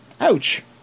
Ouch